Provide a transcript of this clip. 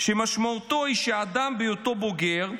שמשמעותו היא שהאדם בהיותו בוגר,